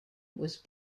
was